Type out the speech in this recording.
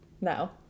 No